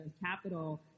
capital